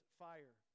fire